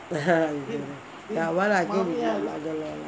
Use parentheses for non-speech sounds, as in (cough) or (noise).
(laughs)